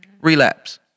relapse